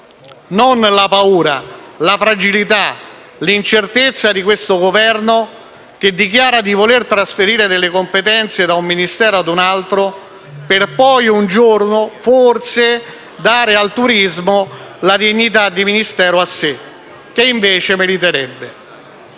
non della paura, della fragilità e dell'incertezza di questo Governo, che dichiara di voler trasferire delle competenze da un Ministero a un altro, per poi un giorno forse dare al turismo la dignità di Ministero a sé, che invece meriterebbe.